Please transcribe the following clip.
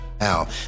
Now